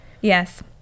Yes